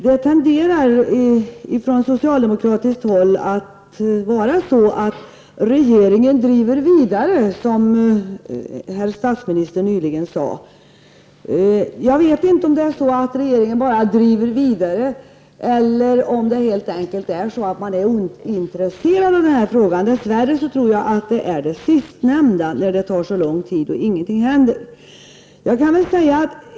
Det tenderar från socialdemokratiskt håll att vara så att regeringen driver vidare, som herr statsministern nyligen sade. Jag vet inte om regeringen bara driver vidare eller om man helt enkelt är ointresserad av den här frågan. Dess värre tror jag att det är det sistnämnda, när det tar så lång tid och ingenting händer.